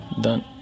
Done